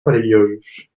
perillosos